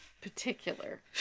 particular